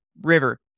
River